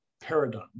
paradigm